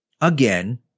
Again